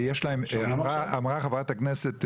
אמרה חברת הכנסת